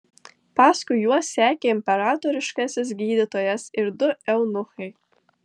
paskui juos sekė imperatoriškasis gydytojas ir du eunuchai